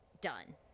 done